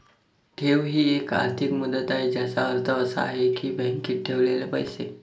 ठेव ही एक आर्थिक मुदत आहे ज्याचा अर्थ असा आहे की बँकेत ठेवलेले पैसे